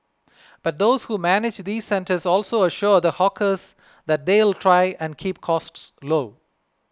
but those who manage these centres also assure the hawkers that they'll try and keep costs low